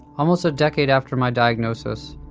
almost a decade after my diagnosis,